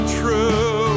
true